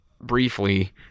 briefly